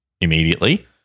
immediately